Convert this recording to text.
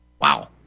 Wow